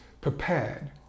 prepared